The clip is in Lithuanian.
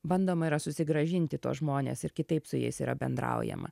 bandoma yra susigrąžinti tuos žmones ir kitaip su jais yra bendraujama